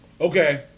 Okay